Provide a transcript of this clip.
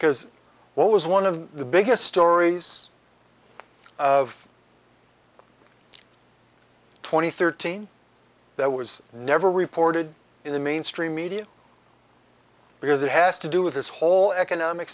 because what was one of the biggest stories of twenty thirteen that was never reported in the mainstream media because it has to do with this whole economic